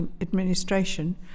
administration